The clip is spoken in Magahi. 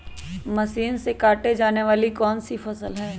मशीन से काटे जाने वाली कौन सी फसल है?